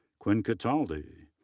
quinn cataldi,